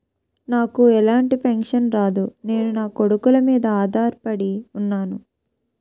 నాకు ఎలాంటి పెన్షన్ రాదు నేను నాకొడుకుల మీద ఆధార్ పడి ఉన్నాను